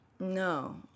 No